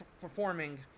performing